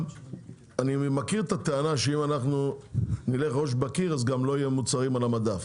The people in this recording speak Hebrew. אני מכיר את הטענה שאם אנחנו נלך ראש בקיר אז גם לא יהיו מוצרים על המדף